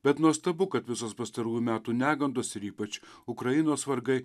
bet nuostabu kad visos pastarųjų metų negandos ir ypač ukrainos vargai